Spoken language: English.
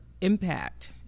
impact